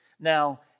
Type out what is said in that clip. Now